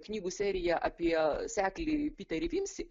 knygų serija apie seklį jupiterį finsį